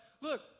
look